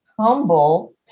Humble